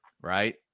right